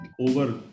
over